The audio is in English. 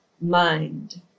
mind